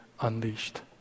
unleashed